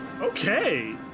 Okay